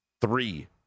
three